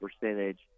percentage